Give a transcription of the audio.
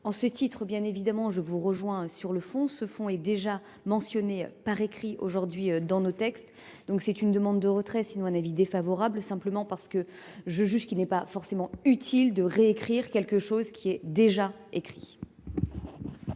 En ce titre, bien évidemment, je vous rejoins sur le fond, ce fond est déjà mentionné par écrit aujourd'hui dans nos textes. Donc c'est une demande de retrait sinon à l'avis défavorable simplement parce que je juge qu'il n'est pas forcément utile de réécrire quelque chose qui est déjà écrit.